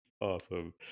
awesome